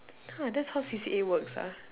!huh! that's how C_C_A works ah